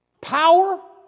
Power